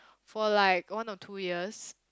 for like one or two years